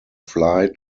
fly